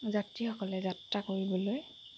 যাত্ৰীসকলে যাত্ৰা কৰিবলৈ